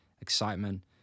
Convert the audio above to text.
excitement